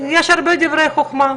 יש הרבה דברי חוכמה,